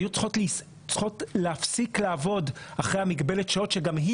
שהיו צריכות להפסיק אחרי המגבלת שעות שגם היא